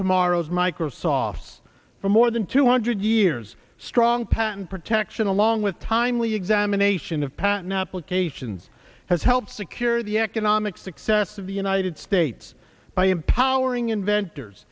tomorrow's microsoft's for more than two hundred years strong patent protection along with timely examination of patent applications has helped secure the economic success of the united states by empowering inventors